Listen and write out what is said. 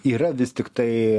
yra vis tiktai